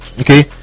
Okay